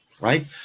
right